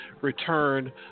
return